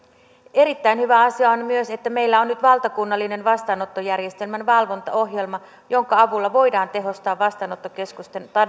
erittäin hyvä asia on myös että meillä on nyt valtakunnallinen vastaanottojärjestelmän valvontaohjelma jonka avulla voidaan tehostaa vastaanottokeskusten